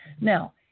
Now